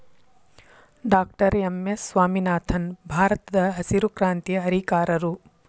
doctor M S Swaminathan ಭಾರತದಹಸಿರು ಕ್ರಾಂತಿಯ ಹರಿಕಾರರು